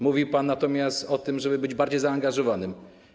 Mówił pan natomiast o tym, żeby być bardziej zaangażowanym.